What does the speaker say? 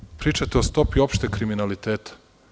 Kažete i pričate o stopi opšteg kriminaliteta.